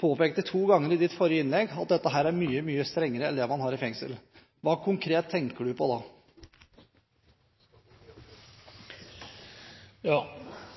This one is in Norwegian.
to ganger i ditt forrige innlegg påpekte at dette er mye, mye strengere enn det man har i fengsel? Hva konkret tenker du på da?